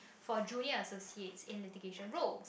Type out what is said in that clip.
for junior associate in litigation role